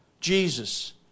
Jesus